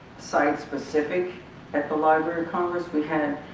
site-specific at the library of congress. we had